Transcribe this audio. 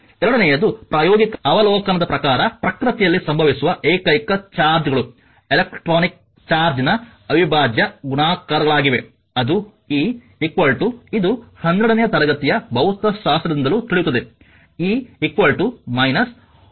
ಎರಡನೆಯದು ಪ್ರಾಯೋಗಿಕ ಅವಲೋಕನದ ಪ್ರಕಾರಪ್ರಕೃತಿಯಲ್ಲಿ ಸಂಭವಿಸುವ ಏಕೈಕ ಚಾರ್ಜ್ಗಳು ಎಲೆಕ್ಟ್ರಾನಿಕ್ ಚಾರ್ಜ್ನ ಅವಿಭಾಜ್ಯ ಗುಣಾಕಾರಗಳಾಗಿವೆ ಅದು e ಇದು 12 ನೇ ತರಗತಿಯ ಭೌತಶಾಸ್ತ್ರದಿಂದಲೂ ತಿಳಿಯುತ್ತದೆ e 1